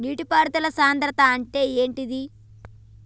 నీటి పారుదల సంద్రతా అంటే ఏంటిది?